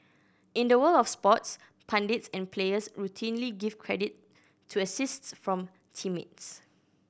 in the world of sports pundits and players routinely give credit to assists from teammates